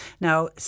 Now